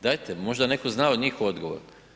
Dajte, možda netko zna od njih odgovor.